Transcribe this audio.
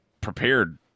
prepared